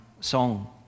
song